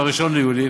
ב-1 ביולי,